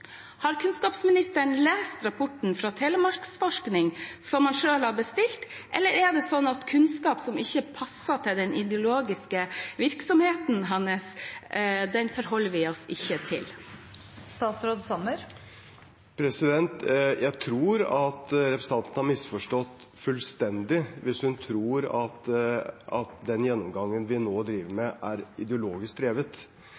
Har kunnskapsministeren lest rapporten fra Telemarksforskning som han selv har bestilt, eller forholder han seg ikke til kunnskap som ikke passer til hans ideologiske virksomhet? Jeg tror at representanten har misforstått fullstendig hvis hun tror at den gjennomgangen vi nå driver